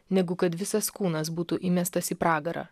negu kad visas kūnas būtų įmestas į pragarą